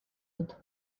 dut